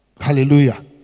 Hallelujah